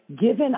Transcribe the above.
given